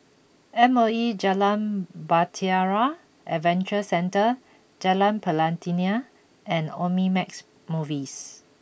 M O E Jalan Bahtera Adventure Centre Jalan Pelatina and Omnimax Movies